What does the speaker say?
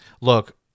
Look